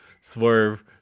Swerve